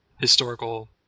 historical